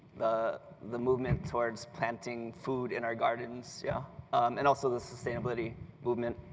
the the movement toward planting food in our gardens yeah and also the sustainability movement.